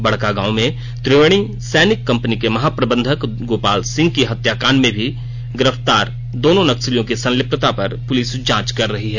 बड़कागांव में त्रिवेणी सैनिक कंपनी के महाप्रबंधक गोपाल सिंह की हत्याकांड में भी गिरफ्तार दोनों नक्सलियो की संलिप्तता पर पुलिस जांच कर रही है